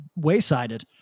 waysided